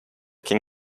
can